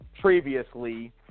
previously